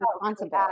responsible